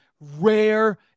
rare